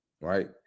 right